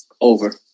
Over